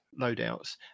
loadouts